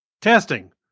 Testing